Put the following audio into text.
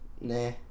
Nah